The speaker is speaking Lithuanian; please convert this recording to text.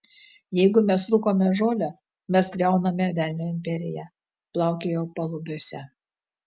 jeigu mes rūkome žolę mes griauname velnio imperiją plaukiojau palubiuose